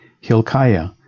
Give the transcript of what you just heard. Hilkiah